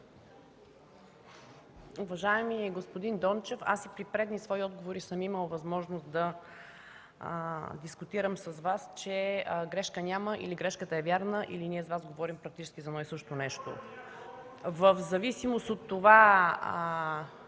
Уважаеми господин Дончев, аз и при предни свои отговори съм имала възможност да дискутирам с Вас, че грешка няма, че грешката е вярна или ние с Вас говорим практически за едно и също нещо. (Реплики от народния